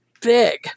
big